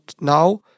now